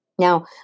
Now